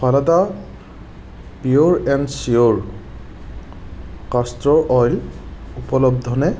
ফানাটা pure and sure castor oil উপলব্ধ নে